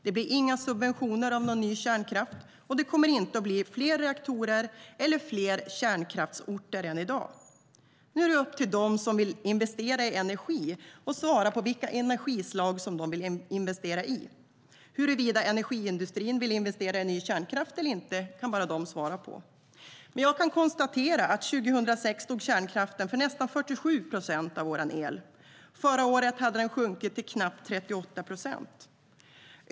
Det blir inga subventioner av ny kärnkraft, och det kommer inte att bli fler reaktorer eller fler kärnkraftsorter än i dag. Nu är det upp till dem som vill investera i energi att svara på vilka energislag som de vill investera i. Huruvida energiindustrin vill investera i ny kärnkraft eller inte kan bara de svara på. Jag kan ändå konstatera att 2006 stod kärnkraften för nästan 47 procent av vår el. Förra året hade det sjunkit till knappt 38 procent.